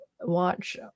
watch